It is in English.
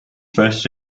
first